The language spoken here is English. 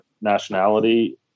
nationality